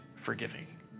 forgiving